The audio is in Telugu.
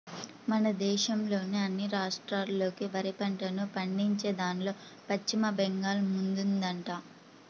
మన దేశంలోని అన్ని రాష్ట్రాల్లోకి వరి పంటను పండించేదాన్లో పశ్చిమ బెంగాల్ ముందుందంట